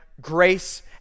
grace